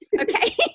okay